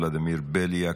ולדימיר בליאק,